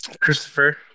Christopher